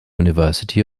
university